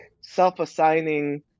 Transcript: self-assigning